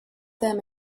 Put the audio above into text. them